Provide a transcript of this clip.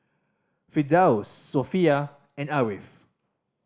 Firdaus Sofea and Ariff